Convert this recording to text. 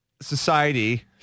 society